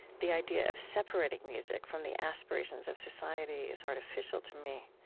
the idea of separating music from the aspirations of society is artificial to me.